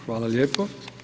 Hvala lijepo.